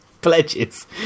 pledges